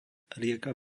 rieka